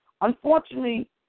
Unfortunately